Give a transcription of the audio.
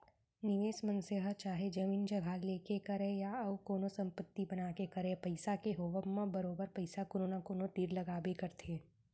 निवेस मनसे ह चाहे जमीन जघा लेके करय या अउ कोनो संपत्ति बना के करय पइसा के होवब म बरोबर पइसा कोनो न कोनो तीर लगाबे करथे